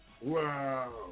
Wow